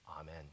Amen